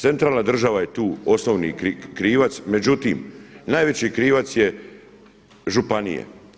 Centralna država je tu osnovni krivac, međutim najveći kriva su županije.